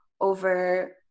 over